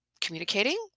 communicating